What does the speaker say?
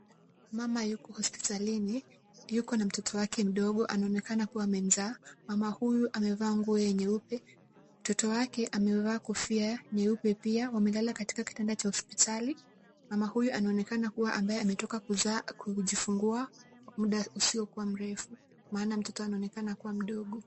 Mama yuko hospitalini. Yuko na mtoto wake mdogo anaonekana kuwa amemzaa. Mama huyu amevaa nguo nyeupe. Mtoto wake amevaa kofia nyeupe pia, wamelala katika kitanda cha hospitali. Mama huyu anaonekana kuwa ambaye ametoka kuzaa kujifungua muda usiokuwa mrefu maana mtoto anaonekana kuwa mdogo.